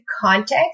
context